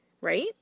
Right